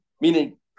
Meaning